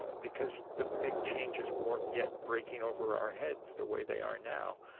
ah because the big changes weren't yet breaking over our heads the way they are now.